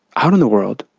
out in the world,